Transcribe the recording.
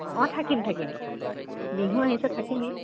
অঁ থাকিম থাকিম বিহু আহিছে থাকিমেই